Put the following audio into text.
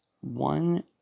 one